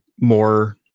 more